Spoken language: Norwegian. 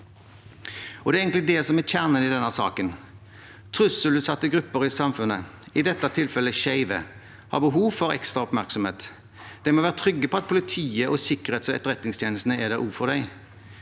Det er egentlig det som er kjernen i denne saken. Trusselutsatte grupper i samfunnet, i dette tilfellet skeive, har behov for ekstra oppmerksomhet. De må være trygge på at politiet og sikkerhets- og etterretningstjenestene er der også for dem.